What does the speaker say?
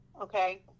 okay